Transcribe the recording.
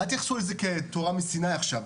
אל תתייחסו לזה כאל תורה מסיני עכשיו.